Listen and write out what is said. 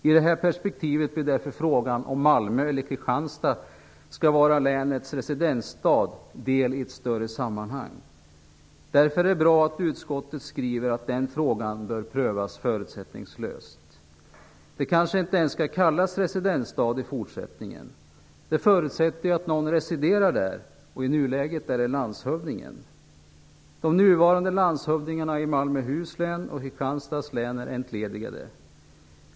I det här perspektivet blir därför frågan om Malmö eller Kristianstad skall vara länets residensstad del i ett större sammanhang. Därför är det bra att utskottet skriver att den frågan bör prövas förutsättningslöst. Det kanske inte ens skall kallas residensstad i fortsättningen. Det förutsätter ju att någon residerar där, och i nuläget är det landshövdingen. De nuvarande landshövdingarna i Malmöhus län och Kristianstad län är entledigade.